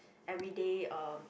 everyday uh